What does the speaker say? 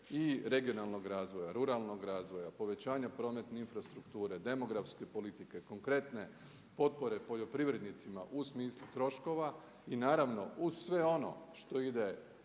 i regionalnog razvoja, ruralnog razvoja, povećanja prometne infrastrukture, demografske politike, konkretne potpore poljoprivrednicima u smislu troškova i naravno uz sve ono što ide